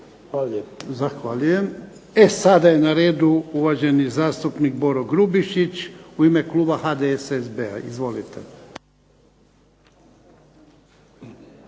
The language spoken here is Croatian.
(HDZ)** Zahvaljujem. E sada je na redu uvaženi zastupnik Boro Grubišić u ime kluba HDSSB-a. Izvolite.